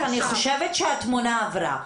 הדס, התמונה עברה.